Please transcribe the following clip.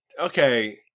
okay